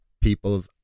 people